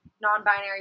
non-binary